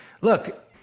look –